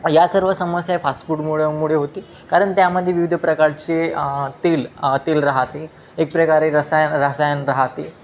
या सर्व समस्या आहे फास फूडमुळं मुळे होती कारण त्यामध्ये विविध प्रकारचे तेल तेल राहते एक प्रकारे रसायन रसायन राहते